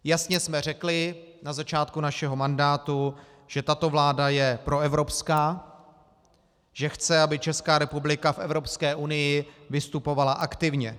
Jasně jsme řekli na začátku našeho mandátu, že tato vláda je proevropská, že chce, aby Česká republika v Evropské unii vystupovala aktivně.